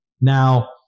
Now